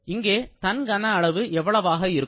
இங்கே தன் கன அளவு என்னவாக இருக்கும்